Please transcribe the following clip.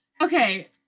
Okay